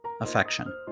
affection